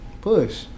Push